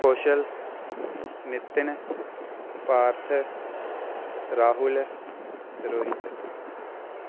Kaushal Nitin Parth Rahul Rohit